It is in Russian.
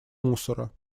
мусора